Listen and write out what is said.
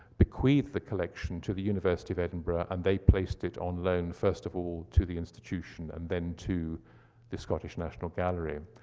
bequeathed the collection to the university of edinburgh, and they placed in on loan first of all to the institution, and then to the scottish national gallery.